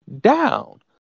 down